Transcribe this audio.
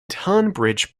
tonbridge